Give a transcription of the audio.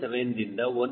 7ದಿಂದ 1